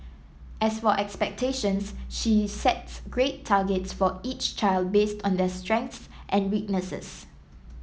as for expectations she sets grade targets for each child based on their strengths and weaknesses